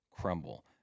crumble